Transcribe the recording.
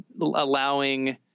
allowing